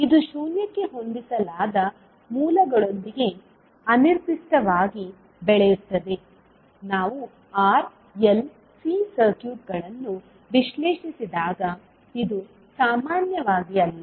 ಇದು ಶೂನ್ಯಕ್ಕೆ ಹೊಂದಿಸಲಾದ ಮೂಲಗಳೊಂದಿಗೆ ಅನಿರ್ದಿಷ್ಟವಾಗಿ ಬೆಳೆಯುತ್ತದೆ ನಾವು R L C ಸರ್ಕ್ಯೂಟ್ಗಳನ್ನು ವಿಶ್ಲೇಷಿಸಿದಾಗ ಇದು ಸಾಮಾನ್ಯವಾಗಿ ಅಲ್ಲ